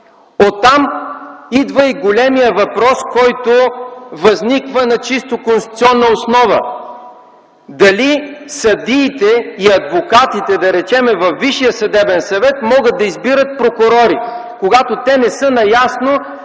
Оттам идва и големият въпрос, който възниква на чисто конституционна основа: дали съдиите и адвокатите, да речем, във Висшия съдебен съвет могат да избират прокурори, когато те не са наясно